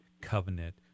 covenant